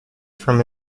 from